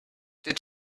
did